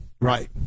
Right